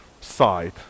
side